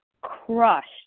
crushed